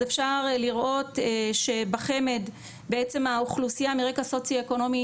אז אפשר לראות שבחמ"ד בעצם האוכלוסיה מרקע סוציו אקונומי